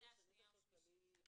בקריאה השנייה והשלישית.